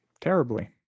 terribly